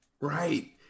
Right